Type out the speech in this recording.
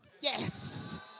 Yes